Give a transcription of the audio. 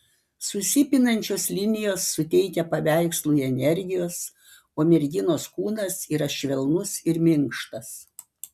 susipinančios linijos suteikia paveikslui energijos o merginos kūnas yra švelnus ir minkštas